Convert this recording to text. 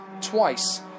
twice